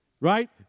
Right